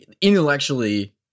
intellectually